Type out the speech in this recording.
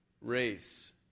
race